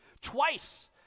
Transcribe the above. Twice